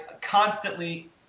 constantly